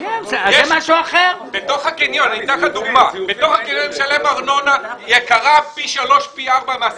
בתוך הקניון אני משלם ארנונה יקרה פי שלוש ופי ארבע מהעסקים.